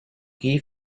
key